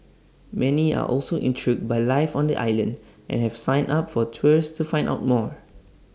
many are also intrigued by life on the island and have signed up for tours to find out more